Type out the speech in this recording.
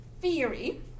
theory